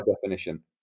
definition